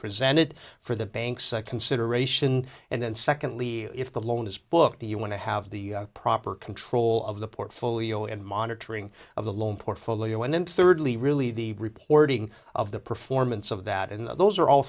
presented for the banks consideration and then secondly if the loan is booked you want to have the proper control of the portfolio and monitoring of the loan portfolio and then thirdly really the reporting of the performance of that in the those are all